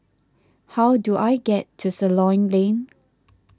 how do I get to Ceylon Lane